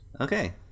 Okay